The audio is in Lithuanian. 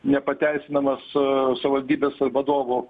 nepateisinamas savivaldybės vadovų